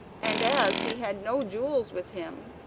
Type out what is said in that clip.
and as he had no jewels with him,